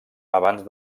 abans